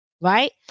Right